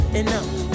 enough